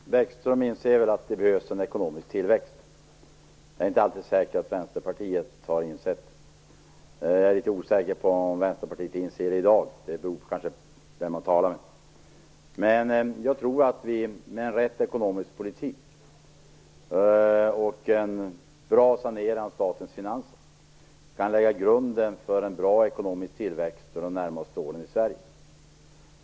Herr talman! Lars Bäckström inser väl att det behövs en ekonomisk tillväxt? Jag är inte alldeles säker på att Vänsterpartiet har insett det. Jag är litet osäker på om Vänsterpartiet inser det i dag. Det beror kanske på vem man talar med. Jag tror att vi, med rätt ekonomisk politik och en bra sanering av statens finanser, kan lägga grunden för en bra ekonomisk tillväxt i Sverige under de närmaste åren.